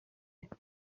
mwese